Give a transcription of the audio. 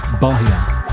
bahia